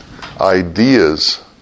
ideas